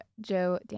Joe